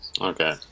Okay